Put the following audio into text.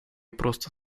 просто